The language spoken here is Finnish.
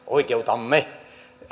oikeutenamme